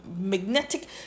magnetic